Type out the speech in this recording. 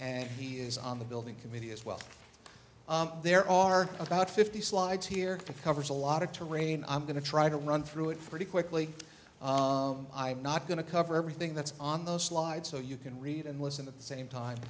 and he is on the building committee as well there are about fifty slides here covers a lot of terrain i'm going to try to run through it for to quickly i'm not going to cover everything that's on the slide so you can read and listen to the same time